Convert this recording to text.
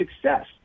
success